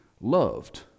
loved